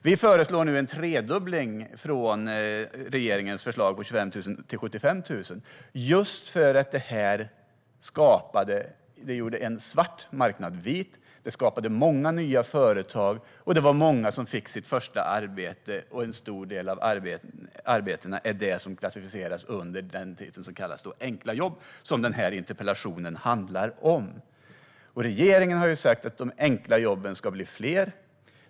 Vi föreslår nu en tredubbling av regeringens förslag om 25 000 till 75 000, just för att RUT-avdraget gjorde en svart marknad vit och skapade många nya företag, och det var många som fick sitt första arbete. En stor del av dessa arbeten klassificeras som enkla jobb, som den här interpellationen handlar om. Regeringen har ju sagt att de enkla jobben ska bli fler.